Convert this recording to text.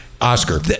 Oscar